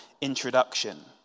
introduction